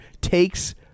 takes